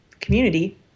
community